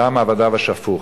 דם עבדיו השפוך.